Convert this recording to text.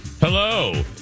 hello